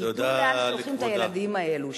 ידעו לאן שולחים את הילדים האלה,